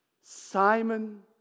Simon